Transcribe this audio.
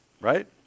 Right